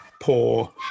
poor